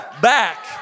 back